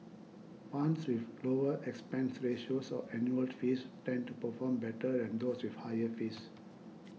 funds with lower expense ratios or annual fees tend to perform better than those with higher fees